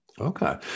Okay